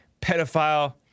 pedophile